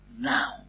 now